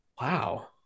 Wow